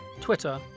Twitter